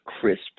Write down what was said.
crisp